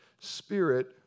spirit